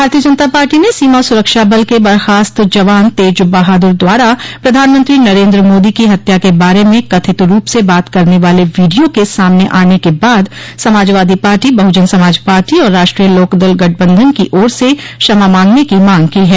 भारतीय जनता पार्टी ने सीमा सुरक्षा बल के बर्खास्त जवान तेज बहादुर द्वारा प्रधानमंत्री नरेन्द्र मोदी की हत्या के बारे में कथित रूप से बात करने वाले वीडियो के सामने आने के बाद समाजवादी पाटी बहुजन समाज पार्टी और राष्ट्रीय लोकदल गठबंधन की ओर से क्षमा मांगने की मांग की है